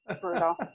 brutal